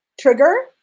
trigger